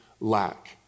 Lack